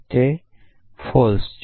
તે ખોટું છે